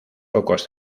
pocos